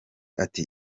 ati